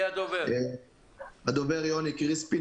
יוני קריספין,